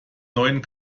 neuen